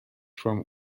from